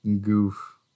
goof